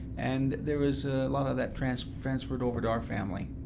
and there was a lot of that transferred transferred over to our family.